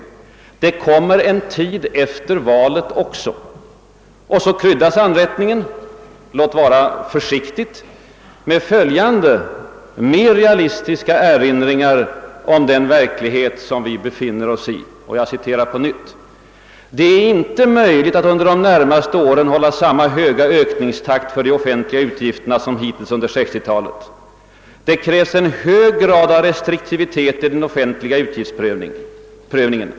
Det kommer en tid efter valet också.» Och så kryddas anrättningen, låt vara något försiktigt, med följande mer realistiska erinringar om den verklighet, som vi befinner oss i: Det torde »inte vara möjligt att under de närmaste åren hålla samma höga ökningstakt för de offentliga utgifterna som hittills under 1960-talet». Det krävs »en hög grad av restriktivitet i den offentliga utgiftsprövningen».